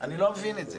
אני לא מבין את זה.